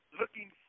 looking